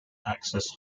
access